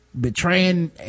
betraying